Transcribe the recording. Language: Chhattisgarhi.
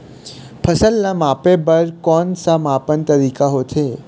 फसल ला मापे बार कोन कौन सा मापन तरीका होथे?